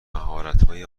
مهارتهای